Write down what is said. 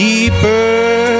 Deeper